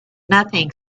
nothing